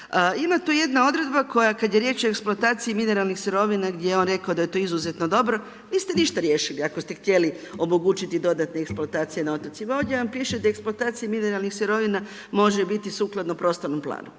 Ima tu jedna odredba koja kad je riječ o eksploataciji mineralnih sirovina gdje je on rekao da je to izuzetno dobro. Niste ništa riješili ako ste htjeli omogućiti dodatnu eksploataciju na otocima. Ovdje vam piše da je eksploatacija mineralnih sirovina može biti sukladno prostornom planu.